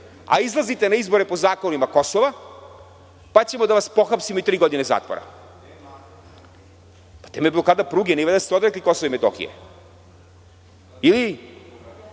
a izlazite na izbore po zakonima Kosova, pa ćemo da vas pohapsimo i tri godine zatvora? Pa, to je blokada pruge. Nije valjda da ste se odrekli Kosova i Metohije? Ili,